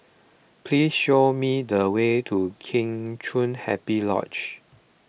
please show me the way to Kheng Chiu Happy Lodge